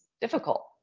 difficult